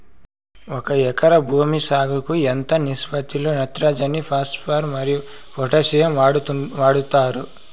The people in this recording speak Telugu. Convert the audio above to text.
ఒక ఎకరా భూమి సాగుకు ఎంత నిష్పత్తి లో నత్రజని ఫాస్పరస్ మరియు పొటాషియం వాడుతారు